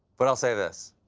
but will say this.